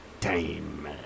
time